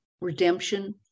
redemption